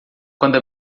quando